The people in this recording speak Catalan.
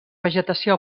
vegetació